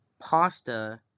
pasta